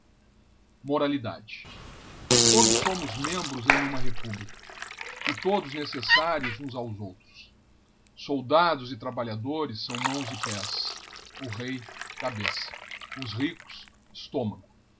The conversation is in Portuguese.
juntamente todos somos membros em huma republica e todos necessários huns aos outros soldados e trabalhadores são niãos e pés o rei cabeça os ricos estômago